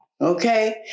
okay